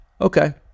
Okay